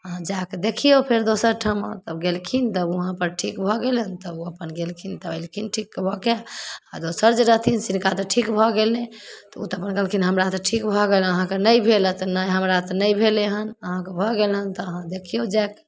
अहाँ जा कऽ देखियौ फेर दोसर ठमा तब गेलखिन तब उहाँपर ठीक भऽ गेलनि तब ओ अपन गेलखिन तऽ अयलखिन ठीक भऽ कऽ आ दोसर जे रहथिन तिनका तऽ ठीक भऽ गेलै तऽ ओ तऽ बोललखिन हमरा तऽ ठीक भऽ गेल अहाँकेँ नहि भेलै हइ तऽ नहि हमरा तऽ नहि भेलै हन अहाँकेँ भऽ गेल हन तऽ अहाँ देखियौ जा कऽ